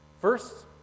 First